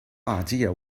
idea